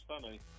funny